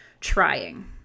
trying